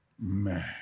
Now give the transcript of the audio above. Man